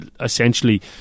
essentially